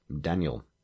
Daniel